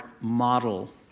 model